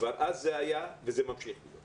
כבר אז זה היה וזה ממשיך להיות,